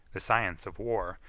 the science of war,